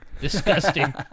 Disgusting